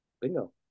Bingo